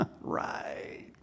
Right